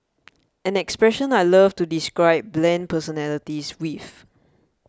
an expression I love to describe bland personalities with